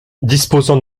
disposant